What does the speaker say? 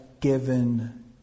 given